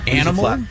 animal